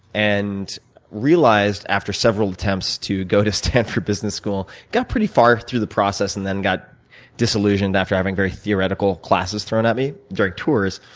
and realized after several attempts to go to stanford business school i got pretty far through the process, and then, got disillusioned after having very theoretical classes thrown at me during tours,